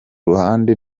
ruhande